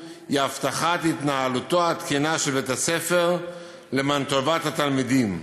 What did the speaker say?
הבטחת התנהלותו התקינה של בית-הספר לטובת התלמידים.